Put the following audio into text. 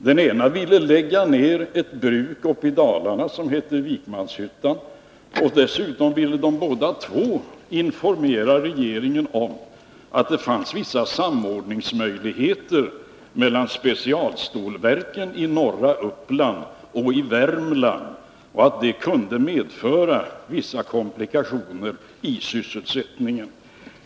Den ene ville lägga ner ett bruk uppe i Dalarna som hette Vikmanshyttan, och dessutom ville de båda två informera regeringen om att det fanns vissa möjligheter till samordning mellan specialstålverken i norra Uppland och i Värmland och att det kunde medföra vissa komplikationer för sysselsättningen.